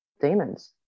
demons